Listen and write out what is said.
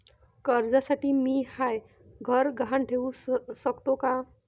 कर्जसाठी मी म्हाय घर गहान ठेवू सकतो का